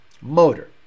motor